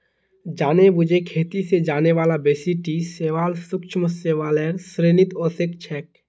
जानेबुझे खेती स जाने बाला बेसी टी शैवाल सूक्ष्म शैवालेर श्रेणीत ओसेक छेक